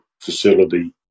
facility